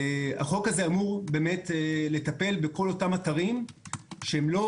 החוק הזה אמור באמת לטפל בכל אותם אתרים שהם לא